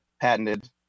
patented